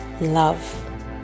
love